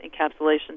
encapsulation